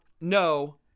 no